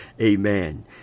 Amen